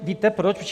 Víte proč?